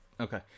Okay